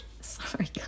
Sorry